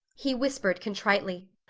he whispered contritely.